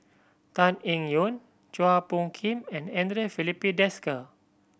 Tan Eng Yoon Chua Phung Kim and Andre Filipe Desker